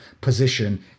position